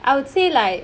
I would say like